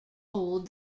hold